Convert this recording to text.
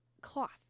cloth